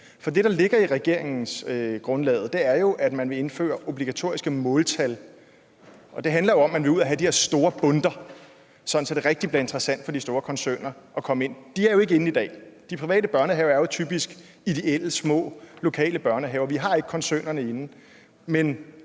For det, der ligger i regeringsgrundlaget, er jo, at man vil indføre obligatoriske måltal, og det handler om, man vil ud og have de her store bundter, sådan at det rigtig bliver interessant for de store koncerner at komme ind. De er jo ikke inde i dag. De private børnehaver er typisk ideelle små lokale børnehaver. Vi har ikke koncernerne inde.